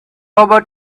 about